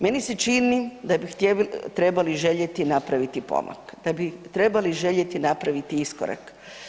Meni se čini da bi trebali željeti napraviti pomak, da bi trebali željeti napraviti iskorak.